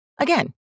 Again